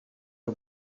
y’u